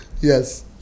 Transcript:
Yes